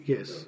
Yes